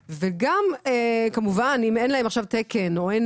וגם כמובן אם אין להם עכשיו תקן או אין